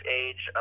age